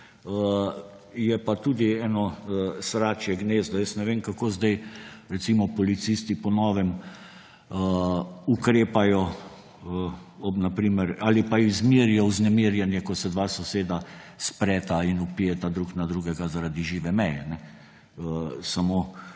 notri, tudi eno sračje gnezdo. Jaz ne vem, kako zdaj recimo policisti po novem izmerijo vznemirjenje, ko se dva soseda spreta in vpijeta drug na drugega zaradi žive meje. Samo